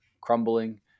crumbling